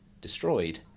destroyed